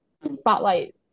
spotlight